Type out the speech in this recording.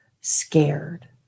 scared